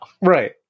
Right